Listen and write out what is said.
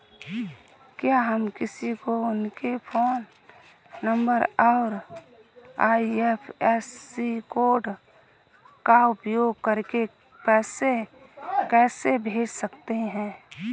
क्या हम किसी को उनके फोन नंबर और आई.एफ.एस.सी कोड का उपयोग करके पैसे कैसे भेज सकते हैं?